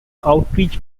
outreach